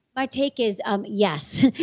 my take is um yes,